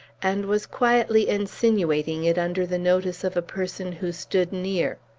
and was quietly insinuating it under the notice of a person who stood near.